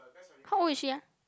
how old is she ah